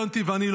יונתי ואני,